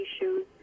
issues